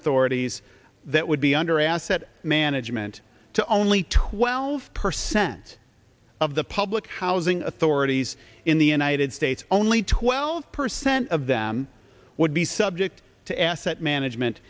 authorities that would be under asset management to only twelve percent of the public housing authorities in the united states only twelve percent of them would be subject to asset management